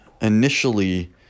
initially